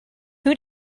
who